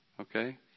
okay